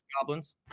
goblins